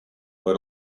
but